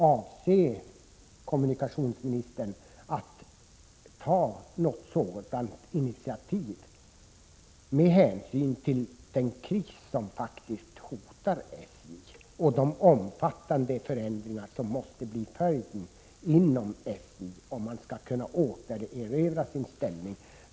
Avser kommunikationsministern att ta något sådant initiativ, med hänsyn till den kris som faktiskt hotar SJ och med hänsyn till de omfattande förändringar som måste ske inom SJ om SJ skall kunna återerövra sin ställning?